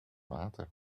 water